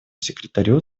секретарю